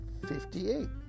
58